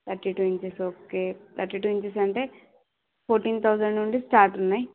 thirty two inches okay thirty two inches అంటే fourteen thousand నుంచి start ఉన్నాయి